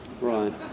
Right